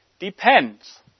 depends